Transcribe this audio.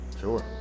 sure